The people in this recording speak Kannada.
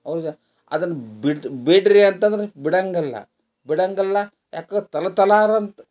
ಅದನ್ನು ಬಿಡ್ ಬಿಡಿರಿ ಅಂತಂದ್ರೆ ಬಿಡಂಗಿಲ್ಲ ಬಿಡಂಗಿಲ್ಲ ಯಾಕೆ ತಲೆ ತಲಾರಂತ್